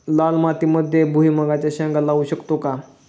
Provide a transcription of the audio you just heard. लाल मातीमध्ये भुईमुगाच्या शेंगा लावू शकतो का?